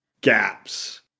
gaps